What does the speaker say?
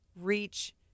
reach